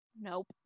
Nope